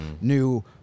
new